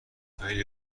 خیلی